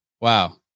Wow